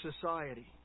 society